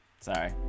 Sorry